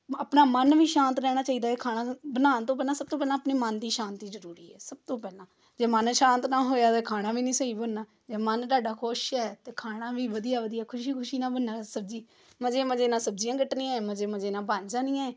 ਆਪਣਾ ਮਨ ਵੀ ਸ਼ਾਂਤ ਰਹਿਣਾ ਚਾਹੀਦਾ ਏ ਖਾਣਾ ਬਣਾਉਣ ਤੋਂ ਪਹਿਲਾਂ ਸਭ ਤੋਂ ਪਹਿਲਾਂ ਆਪਣੇ ਮਨ ਦੀ ਸ਼ਾਂਤੀ ਜ਼ਰੂਰੀ ਹੈ ਸਭ ਤੋਂ ਪਹਿਲਾਂ ਜੇ ਮਨ ਸ਼ਾਂਤ ਨਾ ਹੋਇਆ ਤਾਂ ਖਾਣਾ ਵੀ ਨਹੀਂ ਸਹੀ ਬਣਨਾ ਜੇ ਮਨ ਤੁਹਾਡਾ ਖੁਸ਼ ਹੈ ਤਾਂ ਖਾਣਾ ਵੀ ਵਧੀਆ ਵਧੀਆ ਖੁਸ਼ੀ ਖੁਸ਼ੀ ਨਾਲ ਬਣਨਾ ਸਬਜ਼ੀ ਮਜ਼ੇ ਮਜ਼ੇ ਨਾਲ ਸਬਜ਼ੀਆਂ ਕੱਟਣੀਆਂ ਮਜ਼ੇ ਮਜ਼ੇ ਨਾਲ ਬਣ ਜਾਣੀਆਂ ਏ